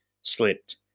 slipped